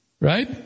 Right